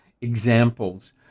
examples